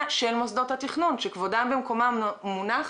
של מוסדות התכנון שכבודם במקומם מונח.